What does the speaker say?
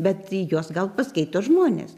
bet į juos gal paskaito žmones